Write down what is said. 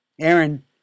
Aaron